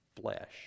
Flesh